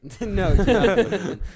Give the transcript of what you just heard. No